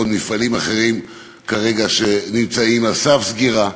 ועוד מפעלים אחרים שנמצאים כרגע על סף סגירה.